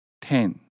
Ten